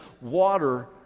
water